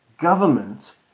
Government